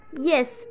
Yes